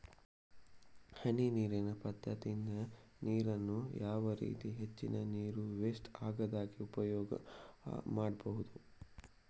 ಹನಿ ನೀರಿನ ಪದ್ಧತಿಯಿಂದ ನೀರಿನ್ನು ಯಾವ ರೀತಿ ಹೆಚ್ಚಿನ ನೀರು ವೆಸ್ಟ್ ಆಗದಾಗೆ ಉಪಯೋಗ ಮಾಡ್ಬಹುದು?